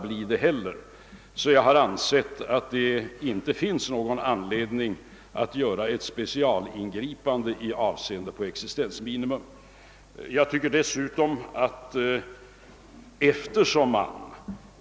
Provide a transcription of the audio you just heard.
Jag har därför ansett att det inte finns någon anledning att göra ett specialingripande i avseende på existensminimum.